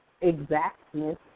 exactness